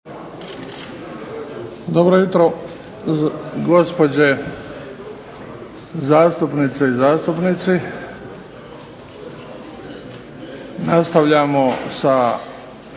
Dobro jutro, gospođe zastupnice i zastupnici. Nastavljamo sa